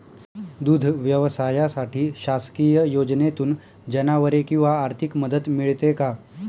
दूध व्यवसायासाठी शासकीय योजनेतून जनावरे किंवा आर्थिक मदत मिळते का?